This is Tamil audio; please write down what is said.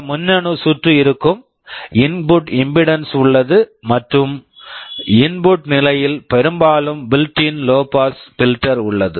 சில மின்னணு சுற்று இருக்கும் இன்புட் இம்பிடென்ஸ் input impedance உள்ளது மற்றும் இன்புட் input நிலையில் பெரும்பாலும் built in built in low pass filter low pass filter உள்ளது